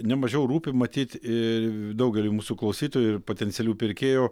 ne mažiau rūpi matyt ir daugeliui mūsų klausytojų ir potencialių pirkėjų